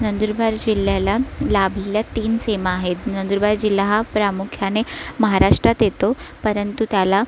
नंदुरबार जिल्ह्याला लाभलेल्या तीन सीमा आहेत नंदुरबार जिल्हा हा प्रामुख्याने महाराष्ट्रात येतो परंतु त्याला